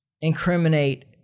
incriminate